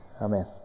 Amen